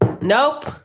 Nope